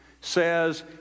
says